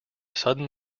sudden